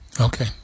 Okay